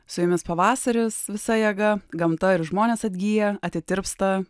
su jumis pavasaris visa jėga gamta ir žmonės atgyja atitirpsta